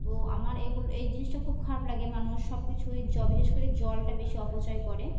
তো আমার এগুলো এই জিনিসটা খুব খারাপ লাগে মানুষ সব কিছুই জ বিশেষ করে জলটা বেশি অপচয় করে